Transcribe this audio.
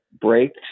breaks